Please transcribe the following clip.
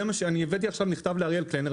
אני הבאתי מכתב לאריאל קלנר,